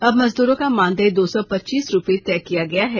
अब मजदूरों का मानदेय दो सौ पच्चीस रूपये तय किया गया है